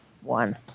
one